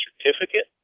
Certificate